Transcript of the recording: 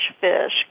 fish